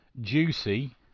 Juicy